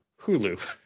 Hulu